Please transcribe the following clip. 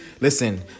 listen